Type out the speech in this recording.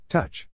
Touch